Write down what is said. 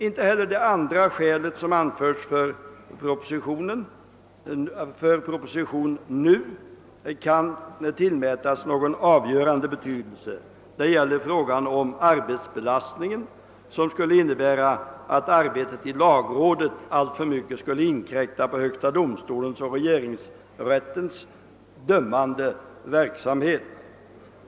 Inte heller det andra skäl som anförts för att nu framlägga en proposition kan tillmätas någon avgörande betydelse. Det gäller arbetsbelastningen, d.v.s. om granskningen i lagrådet alltför mycket skulle inkräkta på högsta domstolens och regeringsrättens dömande verksamhet.